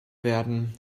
werden